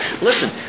Listen